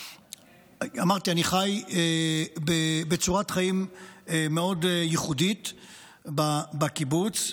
אמרתי, אני חי בצורת חיים מאוד ייחודית בקיבוץ.